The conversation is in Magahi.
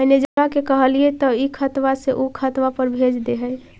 मैनेजरवा के कहलिऐ तौ ई खतवा से ऊ खातवा पर भेज देहै?